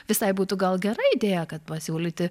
visai būtų gal gera idėja kad pasiūlyti